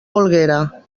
volguera